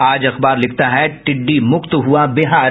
आज अखबार लिखता है टिड्डी मुक्त हुआ बिहार